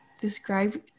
describe